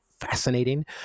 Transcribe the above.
fascinating